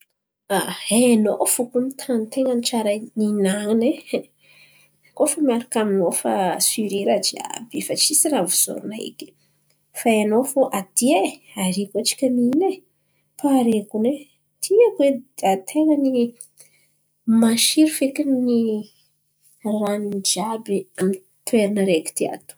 Hainô fo kony ràny tan̈y ten̈à tsara hinan̈a e. Koa fa miaraka aminô bakà asire raha jiàby, fa tsisy raha avozoan̈a eky. Fa hainô fo aty ary koa antsika mihina e, pare konay tiako e ten̈a ny masiro fekiny raha hoaniny jiàby amy ny toeran̈a areky ty ato.